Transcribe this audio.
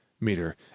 meter